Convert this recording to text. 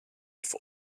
for